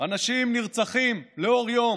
אנשים נרצחים לאור יום,